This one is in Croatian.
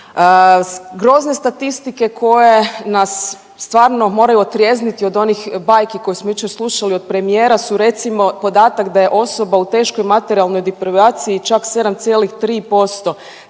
Grozne statistike koje nas stvarno moraju otrijezniti od onih bajki koje smo jučer slušali od premijera su recimo podatak da je osoba u teškoj materijalnoj deprivaciji čak 7,3